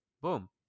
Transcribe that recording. boom